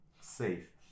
safe